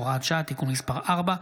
הוראת שעה) (תיקון מס' 4),